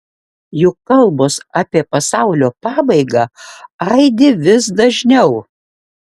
juk kalbos apie pasaulio pabaigą aidi vis dažniau